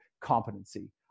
competency